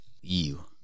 Ew